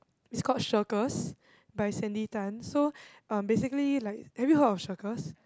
is called Shirkers by Sandy-Tan so um basically like have you heard of Shirkers